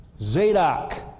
Zadok